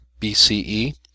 BCE